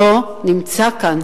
לא נמצא כאן.